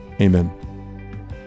Amen